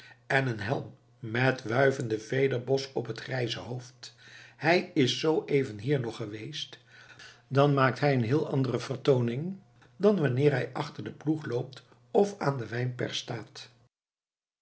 en een helm met wuivenden vederbos op het grijze hoofd hij is zoo even hier nog geweest dan maakt hij eene heel andere vertooning dan wanneer hij achter den ploeg loopt of aan de wijnpers staat